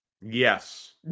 Yes